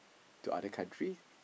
to other country